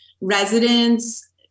residents